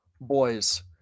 boys